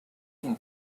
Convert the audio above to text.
can